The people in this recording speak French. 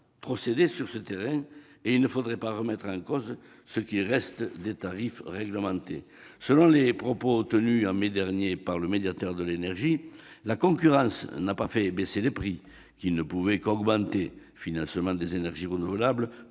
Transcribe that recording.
trop cédé sur ce terrain et il ne faudrait pas remettre en cause ce qui reste des tarifs réglementés. Selon les propos tenus en mai dernier par le médiateur de l'énergie, la concurrence n'a pas fait baisser les prix ; ils ne pouvaient qu'augmenter en raison des besoins de financement des énergies renouvelables,